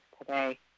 today